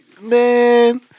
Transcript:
man